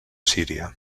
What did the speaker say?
síria